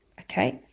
Okay